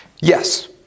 yes